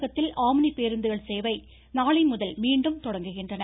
தமிழகத்தில் ஆம்னி பேருந்துகள் சேவை நாளைமுதல் மீண்டும் தொடங்குகின்றன